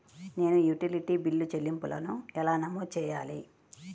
నేను utility bill చెల్లింపులను ఎలా నమోదు చేయాలి?